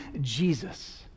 Jesus